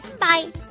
Bye